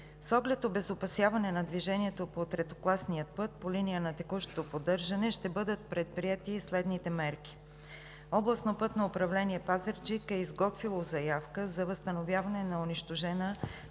С оглед обезопасяване на движението по третокласния път по линия на текущото поддържане ще бъдат предприети следните мерки: Областно пътно управление – Пазарджик, е изготвило заявка за възстановяване на унищожена